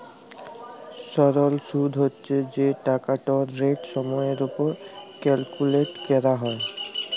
সরল সুদ্ হছে যে টাকাটর রেট সময়ের উপর ক্যালকুলেট ক্যরা হ্যয়